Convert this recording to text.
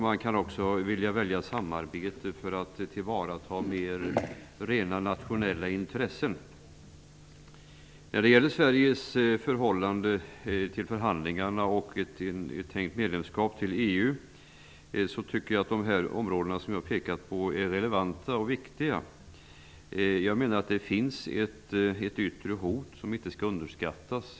Man kan också vilja välja samarbete för att tillvarata mer rent nationella intressen. När det gäller Sveriges förhållande till förhandlingarna och ett tänkt medlemskap i EU tycker jag att de områden som jag pekat på är relevanta och viktiga. Jag menar att det finns ett yttre hot som inte skall underskattas.